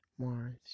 Mars